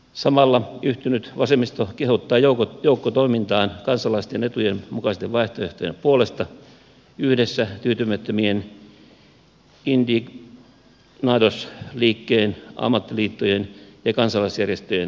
samalla yhtynyt vasemmisto kehottaa joukkotoimintaan kansalaisten etujen mukaisten vaihtoehtojen puolesta yhdessä tyytymättömien indignados liikkeen ammattiliittojen ja kansalaisjärjestöjen kanssa